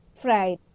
fried